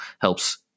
helps